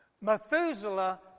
Methuselah